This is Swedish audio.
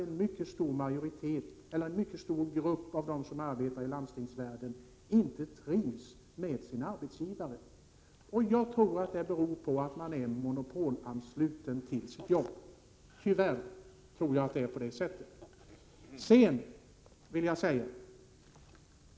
Den visar att en mycket stor grupp som arbetar inom landstingsvärlden inte trivs med sin arbetsgivare. Jag tror att det beror på att man är monopolansluten till sitt jobb. Tyvärr är det på det sättet.